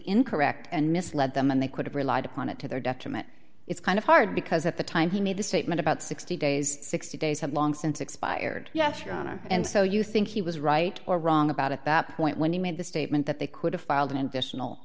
incorrect and misled them and they could have relied upon it to their detriment it's kind of hard because at the time he made the statement about sixty days sixty days have long since expired yes your honor and so you think he was right or wrong about at that point when he made the statement that they could have filed an additional